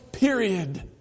Period